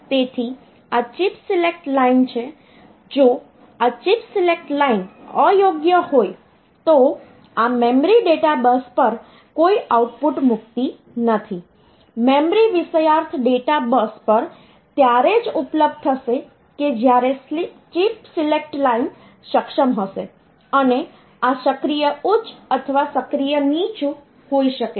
તેથી આ chip select line છે જો આ ચિપ સિલેક્ટ લાઇન અયોગ્ય હોય તો આ મેમરી ડેટા બસ પર કોઈ આઉટપુટ મૂકતી નથી મેમરી વિષયાર્થ ડેટા બસ પર ત્યારે જ ઉપલબ્ધ થશે કે જ્યારે ચિપ સિલેક્ટ લાઇન સક્ષમ હશે અને આ સક્રિય ઉચ્ચ અથવા સક્રિય નીચું હોઈ શકે છે